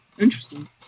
Interesting